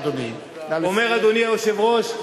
אדוני היושב-ראש,